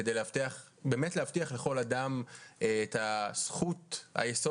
כדי באמת להבטיח לכל אדם את זכות היסוד